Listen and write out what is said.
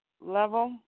level